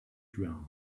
drowned